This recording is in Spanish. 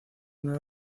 una